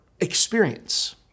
experience